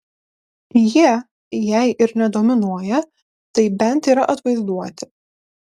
jie jei ir ne dominuoja tai bent yra atvaizduoti